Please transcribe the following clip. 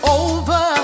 over